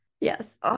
Yes